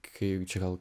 kai čia gal